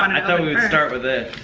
i thought we would start with it.